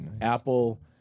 Apple